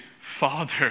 Father